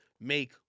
make